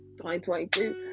2022